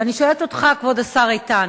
ואני שואלת אותך, כבוד השר איתן,